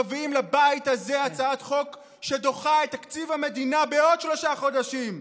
מביאים לבית הזה הצעת חוק שדוחה את תקציב המדינה בעוד שלושה חודשים.